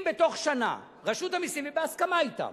אם בתוך שנה רשות המסים, ובהסכמה אתם,